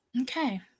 Okay